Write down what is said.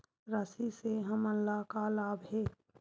राशि से हमन ला का लाभ हे?